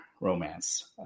romance